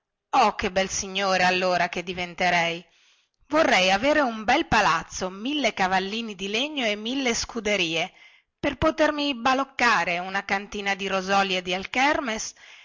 che bel signore allora che diventerei vorrei avere un bel palazzo mille cavallini di legno e mille scuderie per potermi baloccare una cantina di rosoli e di alchermes